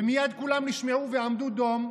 ומייד כולם נשמעו ועמדו דום.